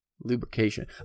lubrication